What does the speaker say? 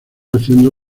haciendo